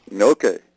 Okay